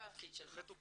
זה התפקיד שלך.